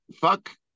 fuck